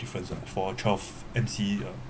difference one for twelve M_C